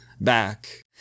Back